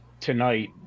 tonight